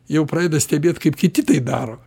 jau pradeda stebėt kaip kiti tai daro